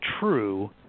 true